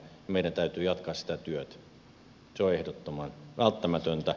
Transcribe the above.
meidän täytyy jatkaa sitä työtä